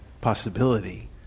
possibility